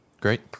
Great